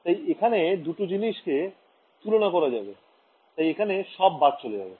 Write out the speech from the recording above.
তাই এখানে দুটো জিনিসকে তুলনা করা যাবে তাই এখানে সব বাদ চলে যাবে